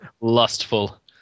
lustful